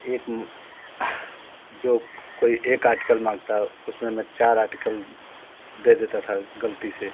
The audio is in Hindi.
एक जो कोई एक आर्टिकल मांगता उसमें मैं चार आर्टिकल दे देता था गलती से